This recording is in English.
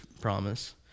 promise